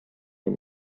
and